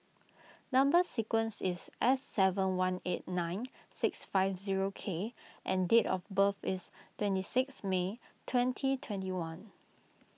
Number Sequence is S seven one eight nine six five zero K and date of birth is twenty six May twenty twenty one